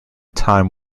time